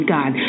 God